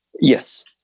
Yes